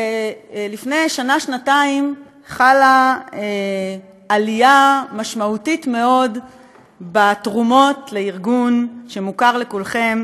לפני שנה-שנתיים חלה עלייה משמעותית מאוד בתרומות לארגון שמוכר לכולכם,